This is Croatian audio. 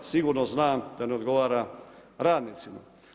Sigurno znam da ne odgovara radnicima.